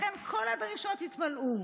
לכן כל הדרישות יתמלאו.